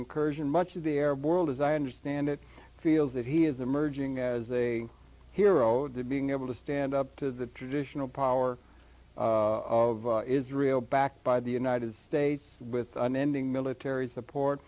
incursion much of the arab world as i understand it feels that he is emerging as a hero to being able to stand up to the traditional power of israel backed by the united states with an ending military support